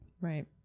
Right